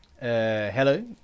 Hello